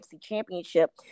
championship